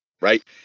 right